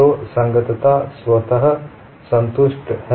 तो संगतता स्वत संतुष्ट है